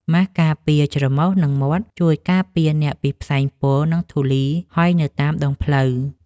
ម៉ាសការពារច្រមុះ និងមាត់ ជួយការពារអ្នកពីផ្សែងពុល និងធូលីហុយនៅតាមដងផ្លូវ។